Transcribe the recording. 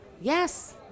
Yes